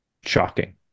shocking